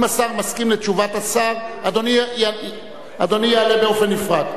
אם השר מסכים לתשובת השר, אדוני יעלה באופן נפרד.